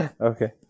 Okay